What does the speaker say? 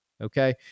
Okay